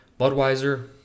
Budweiser